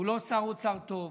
הוא לא שר אוצר טוב.